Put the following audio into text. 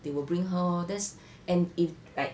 they will bring her there and if like